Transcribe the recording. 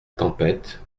tempête